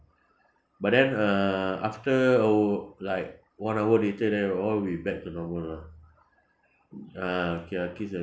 but then uh after or like one hour later then all will be back to normal lah ah okay ah kiss and